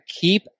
keep